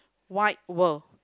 wide world